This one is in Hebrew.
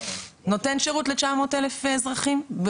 נותן שירות ל- 900 אלף אזרחים,